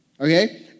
Okay